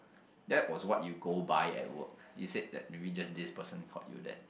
that was what you go by at work you said that maybe just this person called you that